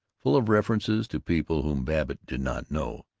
full of references to people whom babbitt did not know.